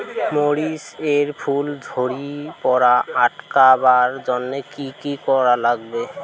মরিচ এর ফুল ঝড়ি পড়া আটকাবার জইন্যে কি কি করা লাগবে?